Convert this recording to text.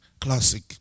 Classic